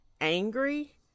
angry